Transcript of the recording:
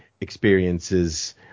experiences